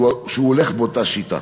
שהולך באותה שיטה.